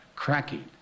Cracking